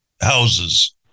houses